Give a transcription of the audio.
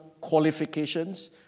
qualifications